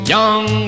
Young